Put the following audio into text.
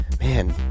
man